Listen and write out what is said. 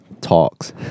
talks